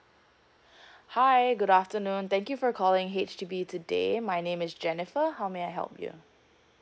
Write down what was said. hi good afternoon thank you for calling H_D_B today my name is jennifer how may I help you